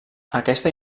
aquesta